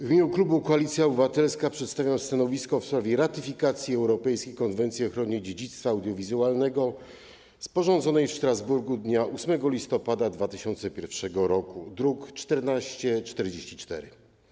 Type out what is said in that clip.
W imieniu klubu Koalicja Obywatelska przedstawiam stanowisko w sprawie ratyfikacji Europejskiej Konwencji o ochronie dziedzictwa audiowizualnego, sporządzonej w Strasburgu dnia 8 listopada 2001 r., druk nr 1444.